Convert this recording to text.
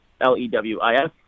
L-E-W-I-S